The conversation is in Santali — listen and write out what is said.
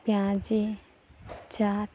ᱯᱮᱸᱭᱟᱡᱤ ᱪᱟᱴ